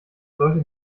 sollte